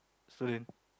student